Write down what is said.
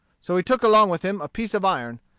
so he took along with him a piece of iron,